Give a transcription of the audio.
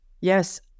Yes